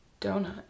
Donut